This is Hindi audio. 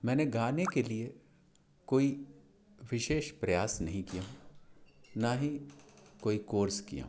मैंने गाने के लिए कोई विशेष प्रयास नहीं किया ना ही कोई कोर्स किया